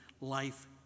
life